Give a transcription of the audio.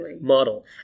model